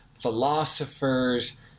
philosophers